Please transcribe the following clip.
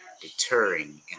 deterring